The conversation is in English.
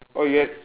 oh you ha~